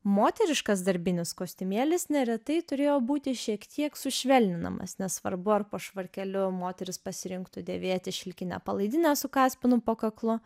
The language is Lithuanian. moteriškas darbinis kostiumėlis neretai turėjo būti šiek tiek sušvelninamas nesvarbu ar po švarkeliu moteris pasirinktų dėvėti šilkinę palaidinę su kaspinu po kaklu